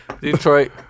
Detroit